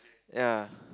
ya